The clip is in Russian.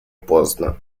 поздно